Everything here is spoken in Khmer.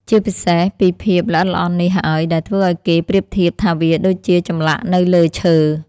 ជាពិសេសពីភាពល្អិតល្អន់នេះហើយដែលធ្វើឱ្យគេប្រៀបធៀបថាវាដូចជាចម្លាក់នៅលើឈើ។